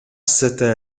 сайтай